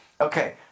Okay